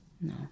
No